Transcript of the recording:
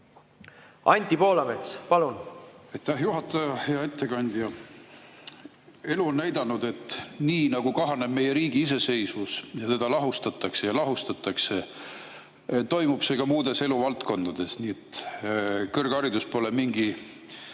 Anti Poolamets, palun!